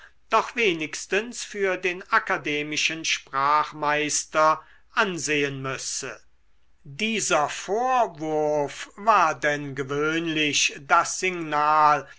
doch wenigstens für den akademischen sprachmeister ansehen müsse dieser vorwurf war denn gewöhnlich das signal